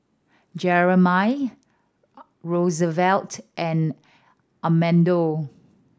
Jeramie Rosevelt and Amado